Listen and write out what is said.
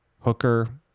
Hooker